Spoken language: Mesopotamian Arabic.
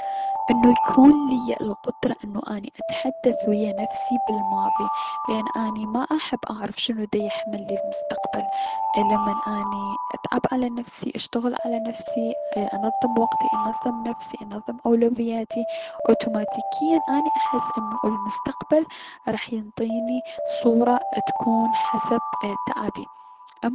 انو يكون ليا القدرة انو اتحدث ويا نفسي بلماضي لأن اني ما احب اعرف شنو راح يحملي المستقبل لمن اني اتعب على نفسي اشتغل على نفسي انظم وقتي انظم نفسي انظم اولوياتي، اوتوماتيكيا اني احس انو المستقبل راح ينطيني صورة اتكون حسب تعبي اما.